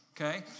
okay